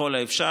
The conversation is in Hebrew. ככל האפשר.